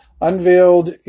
unveiled